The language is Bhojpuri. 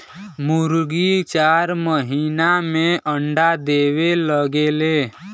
मुरगी चार महिना में अंडा देवे लगेले